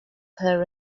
her